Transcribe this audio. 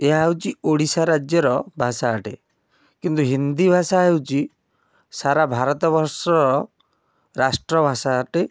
ଏହା ହେଉଛି ଓଡ଼ିଶା ରାଜ୍ୟର ଭାଷା ଅଟେ କିନ୍ତୁ ହିନ୍ଦୀ ଭାଷା ହେଉଛି ସାରା ଭାରତବର୍ଷର ରାଷ୍ଟ୍ର ଭାଷା ଅଟେ